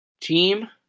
team